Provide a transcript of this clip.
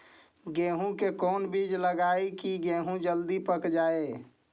गेंहू के कोन बिज लगाई कि गेहूं जल्दी पक जाए?